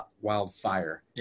Wildfire